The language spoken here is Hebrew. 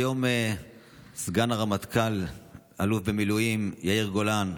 היום סגן הרמטכ"ל אלוף במילואים יאיר גולן,